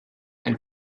and